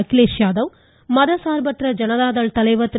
அகிலேஷ் யாதவ் மதசாா்பற்ற ஜனதா தள தலைவா் திரு